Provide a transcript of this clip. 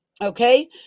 okay